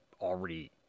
already